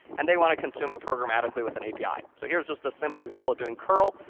and they want to consume it programmatically with an api. so here's just a simple example of doing curl,